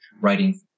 writing